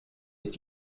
ist